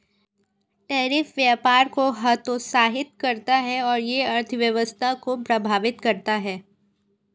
tariff व्यापार को हतोत्साहित करता है और यह अर्थव्यवस्था को प्रभावित करता है